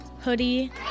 hoodie